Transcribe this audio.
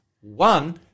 one